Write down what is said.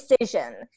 decision